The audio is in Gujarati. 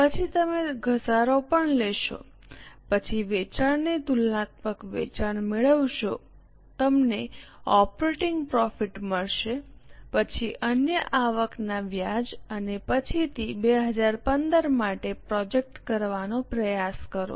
પછી તમે ઘસારો પણ લેશો પછી વેચાણની તુલનાત્મક વેચાણ મેળવશો તમને ઓપરેટિંગ પ્રોફિટ મળશે પછી અન્ય આવકના વ્યાજ અને પછીથી 2015 માટે પ્રોજેક્ટ કરવાનો પ્રયાસ કરો